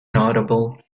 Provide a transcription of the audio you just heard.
notable